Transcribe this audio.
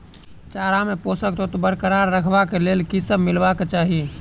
चारा मे पोसक तत्व बरकरार राखै लेल की सब मिलेबाक चाहि?